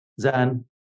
Zan